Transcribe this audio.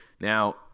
Now